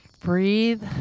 Breathe